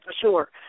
Sure